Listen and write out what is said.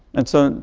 and so,